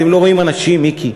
אתם לא רואים אנשים, מיקי.